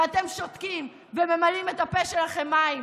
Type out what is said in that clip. ואתם שותקים וממלאים את הפה שלכם מים,